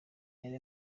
yari